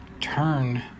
turn